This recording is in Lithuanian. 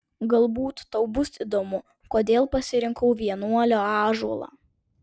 galbūt tau bus įdomu kodėl pasirinkau vienuolio ąžuolą